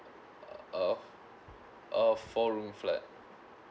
uh a four room flat